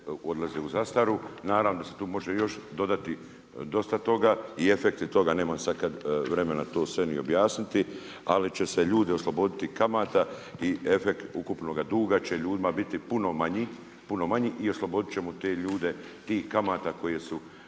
odlaze u zastaru. Naravno da se tu može dodati još dosta toga i efekti toga, nemam sad vremena to sve ni objasniti, ali će se ljudi osloboditi kamate i efekt ukupnoga duga će ljudima biti puno manji i oslobodit ćemo te ljude tih kamata koje su,